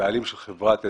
בעלים של חברת אלשרד,